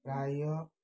ପ୍ରାୟ